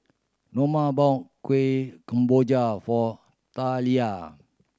Noma bought Kuih Kemboja for Talia